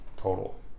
total